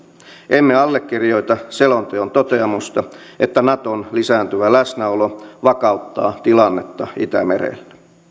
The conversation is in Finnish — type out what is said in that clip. emme allekirjoita selonteon toteamusta että naton lisääntyvä läsnäolo vakauttaa tilannetta itämerellä